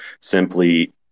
simply